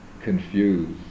confused